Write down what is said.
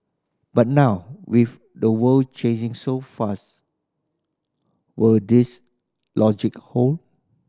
but now with the world changing so fast will this logic hold